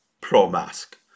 pro-mask